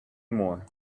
more